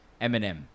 Eminem